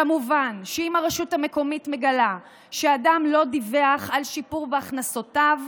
כמובן שאם הרשות המקומית מגלה שאדם לא דיווח על שיפור בהכנסותיו,